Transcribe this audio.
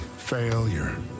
failure